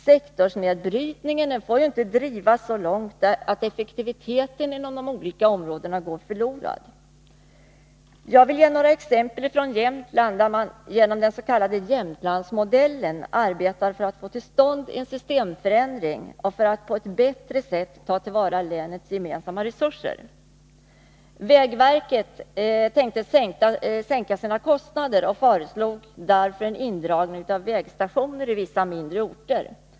Sektorsnedbrytningen får inte drivas så långt att effektiviteten inom de olika områdena går förlorad. Jag vill ge några exempel från Jämtland, där man genom den s.k. Jämtlandsmodellen arbetar för att få till stånd en systemförändring för att på ett bättre sätt ta till vara länets gemensamma resurser. Vägverket tänkte sänka sina kostnader och föreslog därför en indragning av vägstationer på vissa mindre orter.